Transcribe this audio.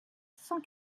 cent